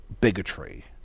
bigotry